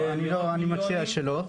אני מציע שלא.